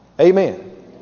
Amen